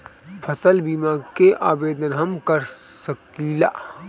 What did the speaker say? फसल बीमा के आवेदन हम कर सकिला?